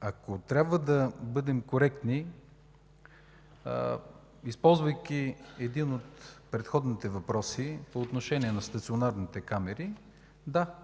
Ако трябва да бъдем коректни, използвайки един от предходните въпроси по отношение на стационарните камери, да,